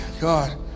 God